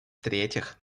третьих